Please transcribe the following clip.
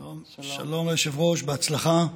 שלום, היושב-ראש, בהצלחה.